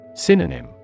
Synonym